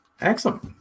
Excellent